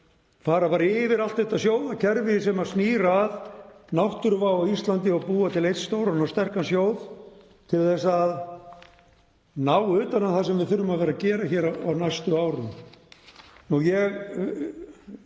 þurfum að fara yfir allt þetta sjóðakerfi sem snýr að náttúruvá á Íslandi og búa til einn stóran og sterkan sjóð til að ná utan um það sem við þurfum að fara að gera hér á næstu árum. Ég